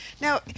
Now